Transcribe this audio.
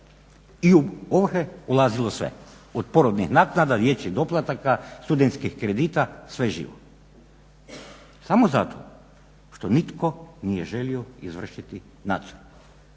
i u ovrhe ulazilo sve od porodnih naknada, dječjih doplataka, studentskih kredita sve živo samo zato što nitko nije želio izvršiti nadzor,